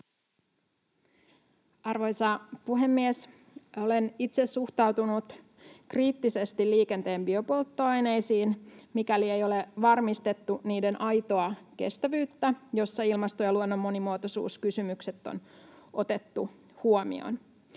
Arvoisa puhemies! Olen itse suhtautunut kriittisesti liikenteen biopolttoaineisiin, mikäli ei ole varmistettu niiden aitoa kestävyyttä, jossa ilmaston ja luonnon monimuotoisuuskysymykset on otettu huomioon.